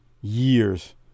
Years